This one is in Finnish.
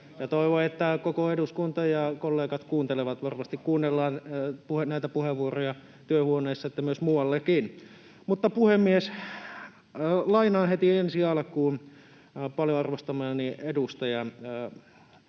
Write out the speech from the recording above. Toivon, että koko eduskunta ja kollegat kuuntelevat, varmasti kuunnellaan näitä puheenvuoroja sekä työhuoneissa että muuallakin. Mutta, puhemies, lainaan heti ensi alkuun paljon arvostamani edustajan